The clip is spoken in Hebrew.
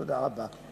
תודה רבה.